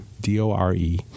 D-O-R-E